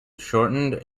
shortened